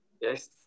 Yes